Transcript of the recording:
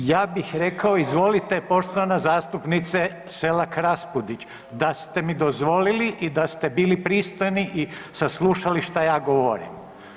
Ovaj ja bih rekao izvolite poštovana zastupnice Selak Raspudić da ste mi dozvolili i da ste bili pristojni i saslušali šta ja govorim.